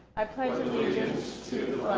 i pledge allegiance to